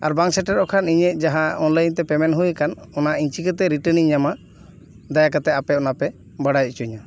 ᱟᱨ ᱵᱟᱝ ᱥᱮᱴᱮᱨᱚᱜ ᱠᱷᱟᱱ ᱤᱧᱟ ᱜ ᱡᱟᱦᱟ ᱚᱱᱞᱟᱭᱤᱱ ᱛᱮ ᱯᱮᱢᱮᱱᱴ ᱦᱩᱭ ᱟᱠᱟᱱ ᱚᱱᱟ ᱤᱧ ᱪᱤᱠᱟᱹᱛᱮ ᱨᱤᱴᱨᱟᱱ ᱤᱧ ᱧᱟᱢᱟ ᱫᱟᱭᱟ ᱠᱟᱛᱮ ᱚᱱᱟ ᱟᱯᱮᱯᱮ ᱵᱟᱲᱟᱭ ᱚᱪᱚᱤᱧᱼᱟ